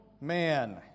man